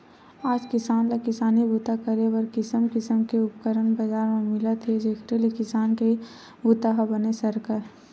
आज किसान ल किसानी बूता करे बर किसम किसम के उपकरन बजार म मिलत हे जेखर ले किसानी के बूता ह बने सरकय